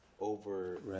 over